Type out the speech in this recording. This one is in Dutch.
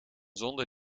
sonde